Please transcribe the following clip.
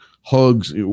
hugs